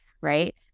right